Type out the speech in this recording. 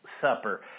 supper